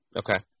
okay